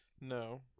No